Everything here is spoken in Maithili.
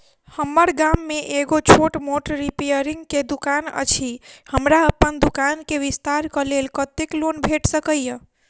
हम्मर गाम मे एगो छोट मोट रिपेयरिंग केँ दुकान अछि, हमरा अप्पन दुकान केँ विस्तार कऽ लेल कत्तेक लोन भेट सकइय?